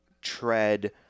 tread